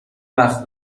وقت